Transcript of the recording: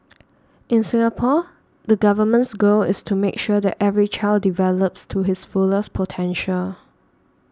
in Singapore the Government's goal is to make sure that every child develops to his fullest potential